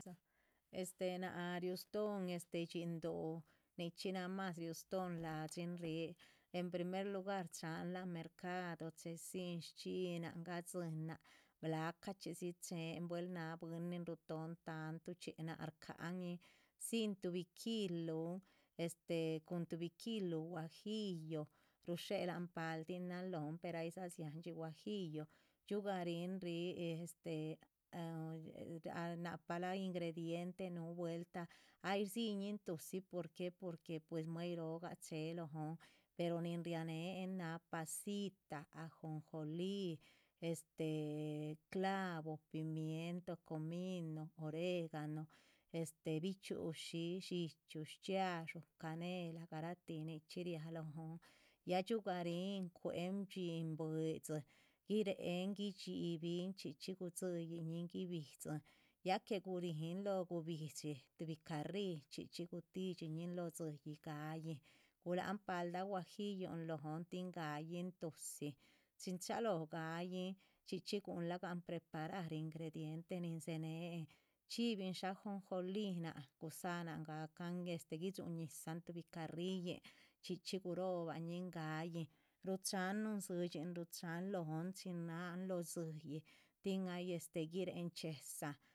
Naah ryuston dxindo nichxi na mas riustun lashin rii primer lugar chan la´an mercadu chedzin dxinan gadzinan blacadzi chen buel naan bwin nin ryuton tantuchxi naah. canin dzin tuhbi kilun cun tuhbi kilu guajillo lushelan paldinan lóhn per ai sa sian guajillo yugarin rii nubuelta an napa ingrediente ay dzinin tusi porque pues muey. roo che lóhn pero nin rianen na pasita, ajonjoli, clavo, pimiento, comino, oregano, bichuishi, shichiu, shchxiadxú, canela, garahti nichxi ria lónh, y ayiugarin cuen. dxin buidzi guiren, guishibin, chxichxi, gusiin guibidzin, chxichxi guiren lo gubishi tuh carri chxichxi gudzibanin lo tsiyi tin gayin, gulan paldan guajillun lóhn tin. gayin tuhsi, chxin chalon gayin chxichxi gunan preparar ingrediente nin seenen shibin ajonjolinnan gusanan guisyuñizanh tuhbi carriyin chxichxi gurobanin gayin ruchan. nuhun tsiyi ruchan lóhn gaan lo tsiyi tin ay guirenchiezan.